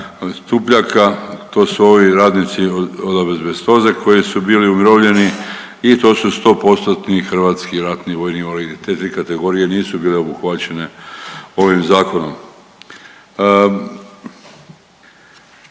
Stupljaka, to su ovi radnici od abebestoze koji su bili umirovljeni i to su 100%-tni hrvatski ratni vojni invalidi. Te tri kategorije nisu bile obuhvaćene ovim zakonom.